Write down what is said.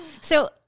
So-